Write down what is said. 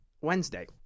Wednesday